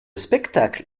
spectacle